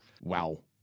Wow